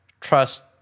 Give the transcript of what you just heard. trust